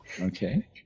Okay